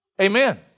Amen